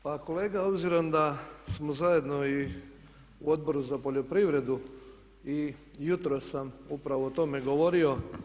Pa kolega obzirom da smo zajedno i u odboru za poljoprivredu i jutros sam upravo o tome govorio.